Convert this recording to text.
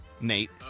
Nate